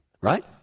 Right